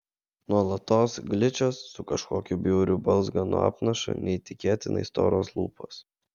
nuolatos gličios su kažkokiu bjauriu balzganu apnašu neįtikėtinai storos lūpos